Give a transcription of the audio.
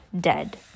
dead